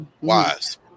Wise